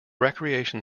recreation